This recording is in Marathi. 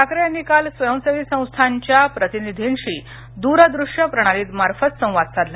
ठाकरे यांनी काल स्वयंसेवी संस्थांच्या प्रतिनिधींशी द्रदृष्य प्रणाली मार्फत संवाद साधला